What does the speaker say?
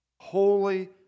holy